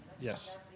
Yes